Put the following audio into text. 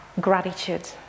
gratitude